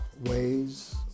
ways